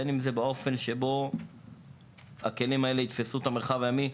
בין אם זה באופן בו הכלים האלה יתפסו את המרחב הימי,